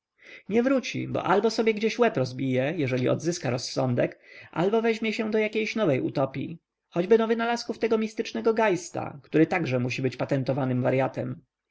nie wróci bo albo sobie gdzieś łeb rozbije jeżeli odzyska rozsądek albo weźmie się do jakiejś nowej utopii choćby do wynalazków tego mistycznego geista który także musi być patentowanym waryatem